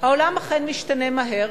העולם אכן משתנה מהר,